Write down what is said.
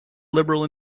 liberal